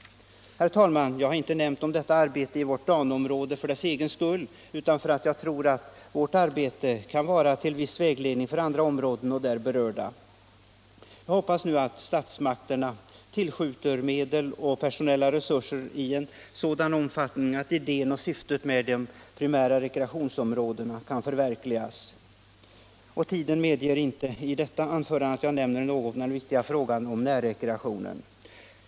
Herr talman! Jag har inte nämnt detta arbete i vårt Dano-område för dess egen skull, utan därför att jag tror att det kan vara till viss vägledning för andra områden. Jag hoppas nu att statsmakterna tillskjuter medel och personella resurser i en sådan omfattning att idéen och syftet med de primära rekreationsområdena kan förverkligas. Tiden medger inte att jag i detta anförande nämner något om den viktiga frågan om närrekreationen.